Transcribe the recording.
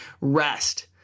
rest